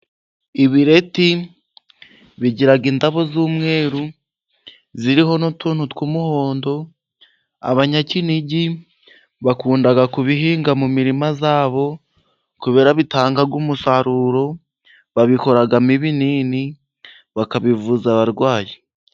Ibireti bigira indabo z'umweru ziriho n'utuntu tw'umuhondo. Abanyakinigi bakunda kubihinga mu mirima yabo, kubera bitanga umusaruro, babikoramo ibinini bakabivuza abarwayi.